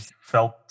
felt